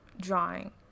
drawing